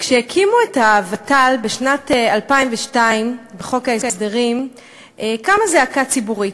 כשהקימו את הוות"ל בשנת 2002 בחוק ההסדרים קמה זעקה ציבורית.